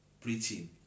preaching